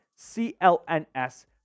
CLNS